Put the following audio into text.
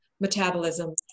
metabolism